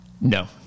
No